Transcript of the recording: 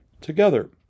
together